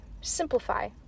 simplify